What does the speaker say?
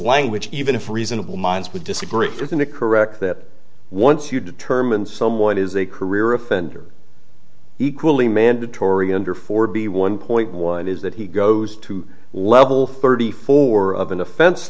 language even if reasonable minds would disagree isn't it correct that once you determine someone is a career offender equally mandatory under forty one point one is that he goes to level thirty four of an offen